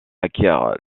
acquiert